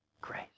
grace